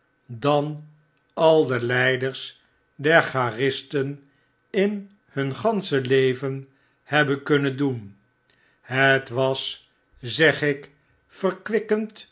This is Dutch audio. dan al de leiders der chartisten in hun gansche leven hebben kunnen doen het was zeg ik